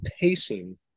pacing